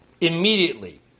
immediately